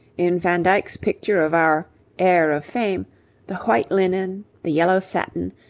in van dyck's picture of our heir of fame the white linen, the yellow satin,